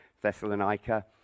Thessalonica